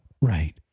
Right